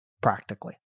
practically